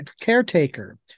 caretaker